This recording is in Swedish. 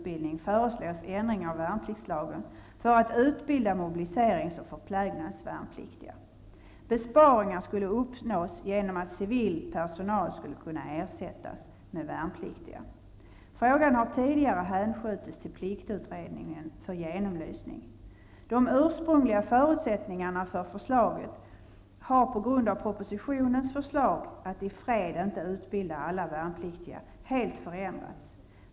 Besparingar skulle uppnås genom att civil personal skulle kunna ersättas med värnpliktiga. Frågan har tidigare hänskjutits till pliktutredningen för genomlysning. De ursprungliga förutsättningarna för förslaget har på grund av propositionens förslag att i fred inte utbilda alla värnpliktiga helt förändrats.